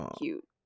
cute